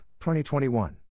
2021